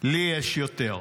לי יש יותר.